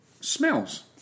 smells